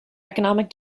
economic